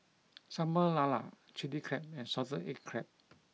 Sambal Lala Chilli Crab and Salted Egg Crab